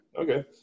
Okay